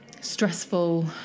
stressful